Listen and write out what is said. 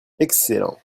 excellent